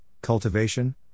cultivation